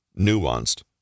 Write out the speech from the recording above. nuanced